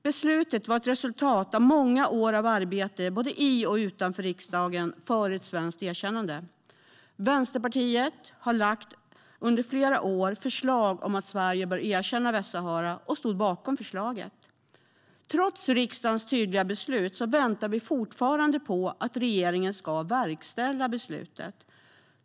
Beslutet var ett resultat av många års arbete, både i och utanför riksdagen, för ett svenskt erkännande. Vänsterpartiet har under flera år lagt fram förslag om att Sverige bör erkänna Västsahara och stod bakom förslaget. Trots riksdagens tydliga beslut väntar vi fortfarande på att regeringen ska verkställa det.